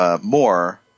more